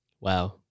Wow